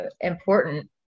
important